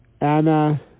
Anna